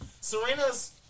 Serena's